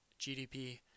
GDP